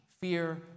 fear